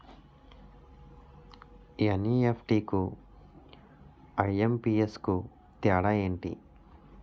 NEFT కు IMPS కు తేడా ఎంటి?